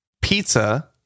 pizza